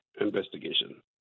investigation